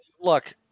Look